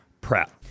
Prep